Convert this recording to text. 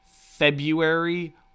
February